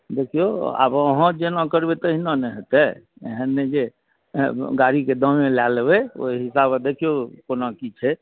देखियौ आब अहाँ जेना करबै तहिना ने हेतै एहन नहि जे गाड़ीके दामे लए लेबै ओहि हिसाबे देखियौ कोना की छै